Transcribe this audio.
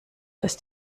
ist